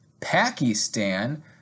Pakistan